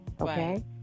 okay